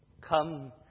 Come